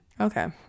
Okay